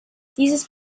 dieses